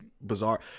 bizarre